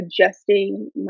adjusting